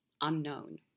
unknown